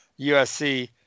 USC